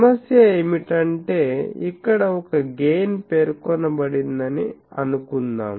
సమస్య ఏమిటంటే ఇక్కడ ఒక గెయిన్ పేర్కొనబడిందని అనుకుందాం